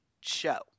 show